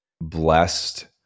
blessed